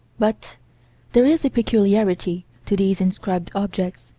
but there is a peculiarity to these inscribed objects.